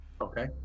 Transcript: Okay